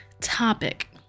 topic